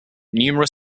numerous